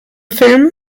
film